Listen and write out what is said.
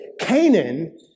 Canaan